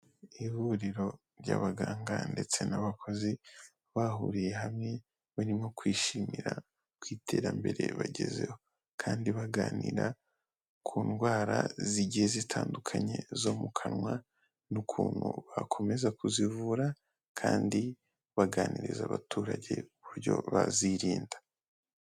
Ihuriro ry'abaganga ndetse n'abakozi bahuriye hamwe, barimo kwishimira ku iterambere bagezeho, kandi baganira ku ndwara zigiye zitandukanye zo mu kanwa, n'ukuntu bakomeza kuzivura kandi baganiriza abaturage uburyo bazirinda.